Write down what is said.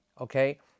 okay